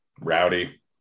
Rowdy